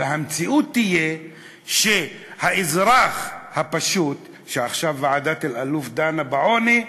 והמציאות תהיה שהאזרח הפשוט עכשיו ועדת אלאלוף דנה בעוני,